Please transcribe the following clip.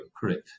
Correct